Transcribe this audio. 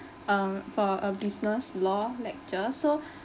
uh for a business law lecture so